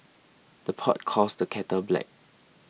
the pot calls the kettle black